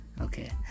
Okay